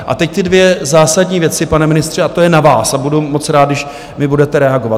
A teď ty dvě zásadní věci, pane ministře, a to je na vás a budu moc rád, když mi budete reagovat.